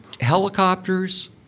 helicopters